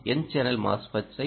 n channel MOSFETS